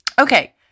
Okay